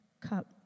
cup